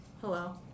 hello